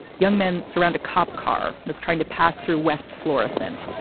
young men surround a cop car that's trying to pass through west florissant.